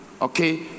Okay